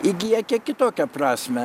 įgyja kiek kitokią prasmę